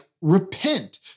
repent